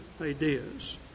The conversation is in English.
ideas